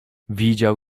widział